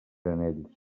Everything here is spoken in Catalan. ells